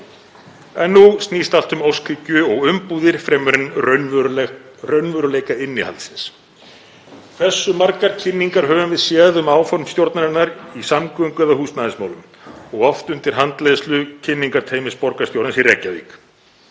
En nú snýst allt um óskhyggju og umbúðir fremur en raunveruleika innihaldsins. Hversu margar kynningar höfum við séð um áform stjórnarinnar í samgöngu- eða húsnæðismálum og oft undir handleiðslu kynningarteymis borgarstjórans í Reykjavík?